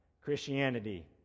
Christianity